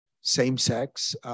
same-sex